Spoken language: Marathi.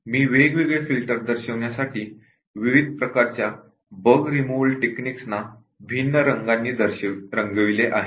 मी वेगवेगळे फिल्टर दर्शवण्यासाठी विविध प्रकारच्या बग रिमूव्हल टेक्निक्स ना भिन्न रंगांनी रंगविले आहे